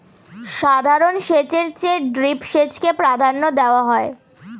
সাধারণ সেচের চেয়ে ড্রিপ সেচকে প্রাধান্য দেওয়া হয়